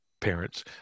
parents